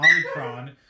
Omicron